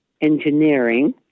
engineering